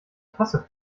tasse